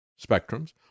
spectrums